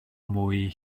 mwy